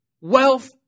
wealth